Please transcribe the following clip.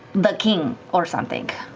but king or something.